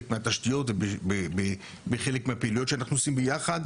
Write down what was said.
מהתשתיות וחלק מהפעילות שאנחנו עושים יחד,